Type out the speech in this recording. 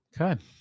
Okay